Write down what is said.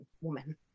woman